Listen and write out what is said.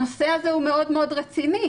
הנושא הזה הוא מאוד מאוד רציני.